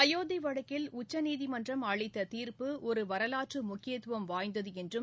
அயோத்திவழக்கில் உச்சநீதிமன்றம் அளித்ததீர்ப்பு ஒருவரலாற்றுமுக்கியத்துவம் வாய்ந்ததுஎன்றும்